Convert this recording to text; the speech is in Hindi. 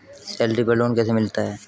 सैलरी पर लोन कैसे मिलता है?